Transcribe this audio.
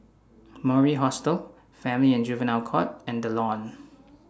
Mori Hostel Family and Juvenile Court and The Lawn